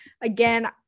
again